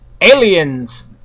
Aliens